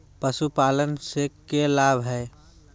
पशुपालन से के लाभ हय?